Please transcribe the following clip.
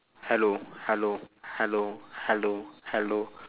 hello hello hello hello hello